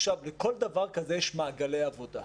לכל דבר כזה יש מעגלי עבודה.